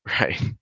right